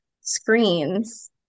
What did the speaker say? screens